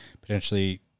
potentially